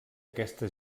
aquesta